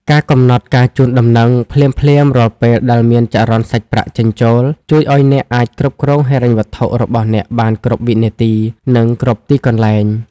ការកំណត់ការជូនដំណឹង ភ្លាមៗរាល់ពេលដែលមានចរន្តសាច់ប្រាក់ចេញចូល ជួយឱ្យអ្នកអាចគ្រប់គ្រងហិរញ្ញវត្ថុរបស់អ្នកបានគ្រប់វិនាទី និងគ្រប់ទីកន្លែង។